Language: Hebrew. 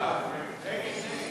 ההצעה